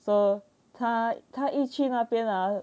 so 他他一去那边啊